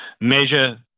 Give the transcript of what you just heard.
measure